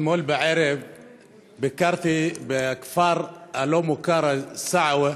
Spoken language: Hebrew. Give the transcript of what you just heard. אתמול בערב ביקרתי בכפר הלא-מוכר סעווה,